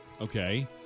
Okay